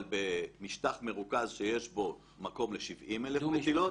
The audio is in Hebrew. אבל במשטח מרוכז שיש בו מקום ל-70,000 מטילות.